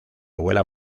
abuela